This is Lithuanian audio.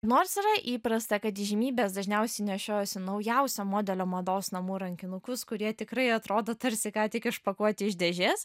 nors yra įprasta kad įžymybės dažniausiai nešiojasi naujausio modelio mados namų rankinukus kurie tikrai atrodo tarsi ką tik išpakuoti iš dėžės